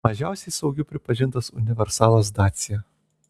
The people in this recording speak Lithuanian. mažiausiai saugiu pripažintas universalas dacia